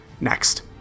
Next